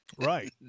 Right